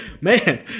man